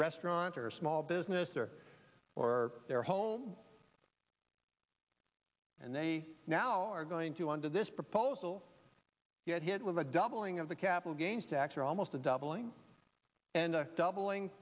restaurant or small business or for their home and they now are going to under this proposal get hit with a doubling of the capital gains tax or almost a doubling and a doubling